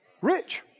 Rich